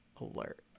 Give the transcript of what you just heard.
alert